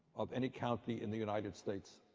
of any county in the united states.